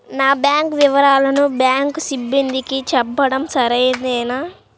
నా బ్యాంకు వివరాలను బ్యాంకు సిబ్బందికి చెప్పడం సరైందేనా?